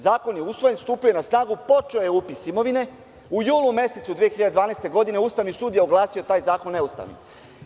Zakon je usvojen, stupio je na snagu, počeo je upis imovine, u julu mesecu 2012. godine Ustavni sud je oglasio taj zakon neustavnim.